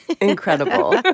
Incredible